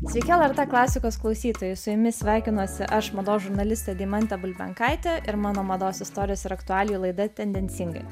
sveiki lrt klasikos klausytojai su jumis sveikinuosi aš mados žurnalistė deimantė bulbenkaitė ir mano mados istorijos ir aktualijų laida tendencingai